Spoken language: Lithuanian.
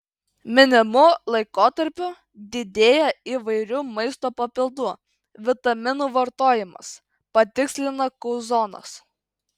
minimu laikotarpiu didėja įvairių maisto papildų vitaminų vartojimas patikslina kauzonas